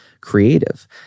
creative